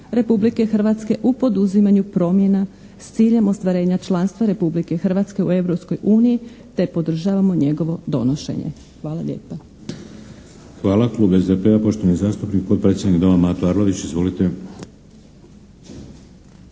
Republike Hrvatske u poduzimanju promjena s ciljem ostvarenja članstva Republike Hrvatske u Europskoj uniji, te podržavamo njegovo donošenje. Hvala lijepa.